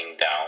down